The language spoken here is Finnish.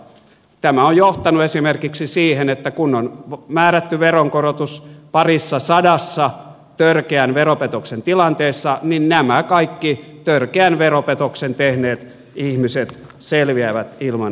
tämä on johtanut esimerkiksi siihen että kun on määrätty veronkorotus parissasadassa törkeän veropetoksen tilanteessa niin nämä kaikki törkeän veropetoksen tehneet ihmiset selviävät ilman rikosseuraamusta